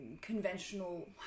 conventional